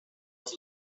was